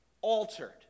altered